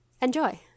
Enjoy